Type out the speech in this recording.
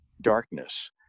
darkness